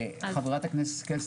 חברת הכנסת השכל,